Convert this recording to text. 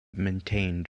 maintained